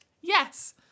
yes